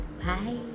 Bye